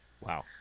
Wow